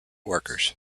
workers